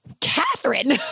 Catherine